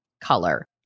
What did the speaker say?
color